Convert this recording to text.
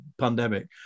pandemic